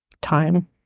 time